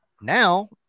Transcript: Now